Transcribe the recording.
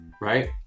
right